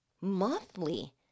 monthly